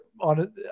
on